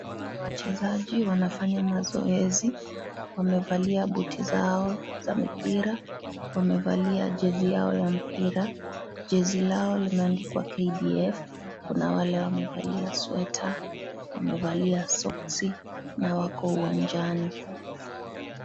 Hawa ni wachezaji wanafanya mazoezi, wamevalia buti zao za mipira, wamevalia jezi yao ya mpira, jezi lao limeandikwa KDF, kuna wale wamevalia sweta, wamevalia soksi na wako uwanjani.